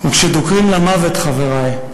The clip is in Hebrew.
אחים, אני אתכם); וכשדוקרים למוות, חברי,